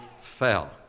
fell